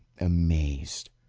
amazed